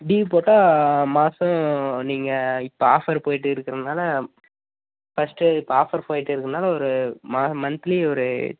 due போட்டால் மாதம் நீங்கள் இப்போ ஆஃபர் போய்ட்டு இருக்கிறனால ஃபஸ்ட்டு இப்போ ஆஃபர் போயிட்டு இருக்கனால் ஒரு ம மந்த்லி ஒரு